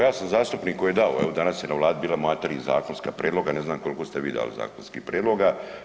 Ja sam zastupnik koji je dao, evo danas je na Vladi bila moja 3 zakonska prijedloga, ne znam koliko ste vi dali zakonskih prijedloga.